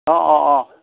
অঁ অঁ অঁ